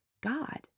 God